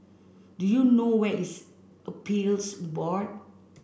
do you know where is Appeals Board